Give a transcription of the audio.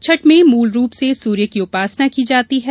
छठ में मूल रूप से सूर्य की उपासना की जाती है